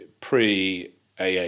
pre-AA